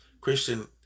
Christian